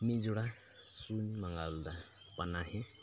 ᱢᱤᱫ ᱡᱳᱲᱟ ᱥᱩᱧ ᱢᱟᱜᱟᱣ ᱞᱮᱫᱟ ᱯᱟᱱᱟᱦᱤ